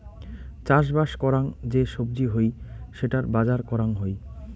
চাষবাস করাং যে সবজি হই সেটার বাজার করাং হই